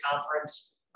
conference